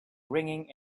ringing